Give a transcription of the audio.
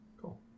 Cool